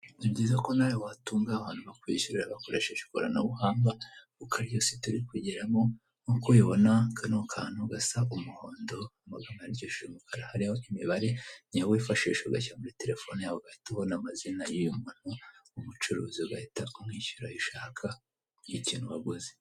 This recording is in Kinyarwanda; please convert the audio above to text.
Ni byiza ko nawe watunga abantu bakwishyura bakoresheje ikoranabuhanga kuko ariyo si turi kugeramo nkuko ubibona ,kano kantu gasa umuhondo hariho imibare wifashisha ugashyira muri telefone yawe ugahita ubona amazina y'umucuruzi ugahita umwishyura ikintu waguze.